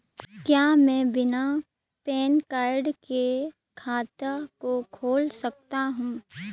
क्या मैं बिना पैन कार्ड के खाते को खोल सकता हूँ?